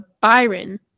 Byron